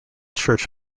church